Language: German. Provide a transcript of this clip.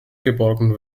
geborgen